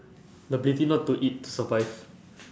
the ability not to eat to survive